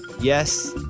yes